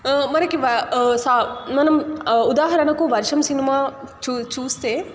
మనకి మనం ఉదాహరణకు వర్షం సినిమా చూ చూస్తే